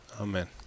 Amen